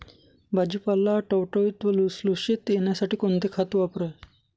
भाजीपाला टवटवीत व लुसलुशीत येण्यासाठी कोणते खत वापरावे?